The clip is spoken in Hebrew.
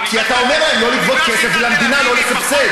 כי אתה אומר להם לא לגבות כסף ולמדינה, לא לסבסד.